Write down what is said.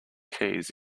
keys